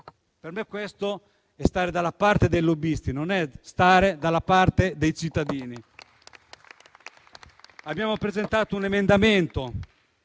Per me, questo è stare dalla parte dei lobbisti, non dalla parte dei cittadini. Abbiamo presentato un emendamento